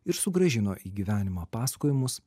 ir sugrąžino į gyvenimą pasakojimus